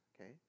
Okay